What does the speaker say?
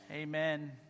Amen